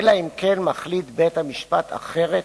אלא אם כן מחליט בית-המשפט אחרת,